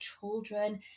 children